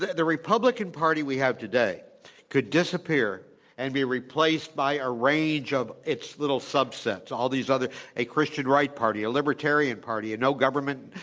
republican party we have today could disappear and be replaced by a range of its little subsets, all these other a christian right party, a libertarian party, a no government,